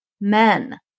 men